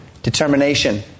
Determination